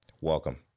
welcome